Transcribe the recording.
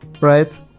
right